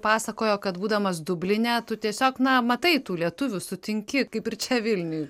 pasakojo kad būdamas dubline tu tiesiog na matai tų lietuvių sutinki kaip ir čia vilniuj